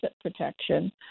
protection